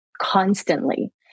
constantly